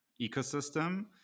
ecosystem